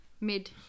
mid